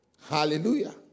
Hallelujah